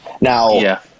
Now